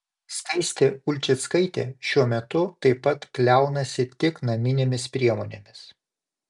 skaistė ulčickaitė šiuo metu taip pat kliaunasi tik naminėmis priemonėmis